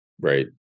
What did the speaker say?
right